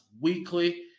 weekly